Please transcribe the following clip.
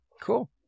Cool